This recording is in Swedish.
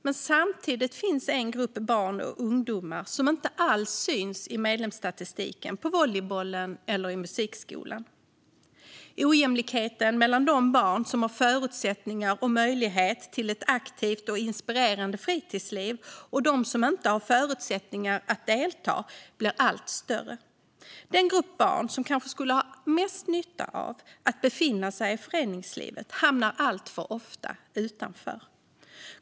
Men samtidigt finns en grupp barn och ungdomar som inte alls syns i medlemsstatistiken på volleybollen eller i musikskolan. Ojämlikheten mellan de barn som har förutsättningar och möjlighet till ett aktivt och inspirerande fritidsliv och de som inte har förutsättningar att delta blir allt större. Den grupp barn som kanske skulle ha mest nytta av att befinna sig i föreningslivet hamnar alltför ofta utanför.